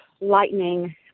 lightning